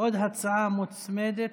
עוד הצעה מוצמדת,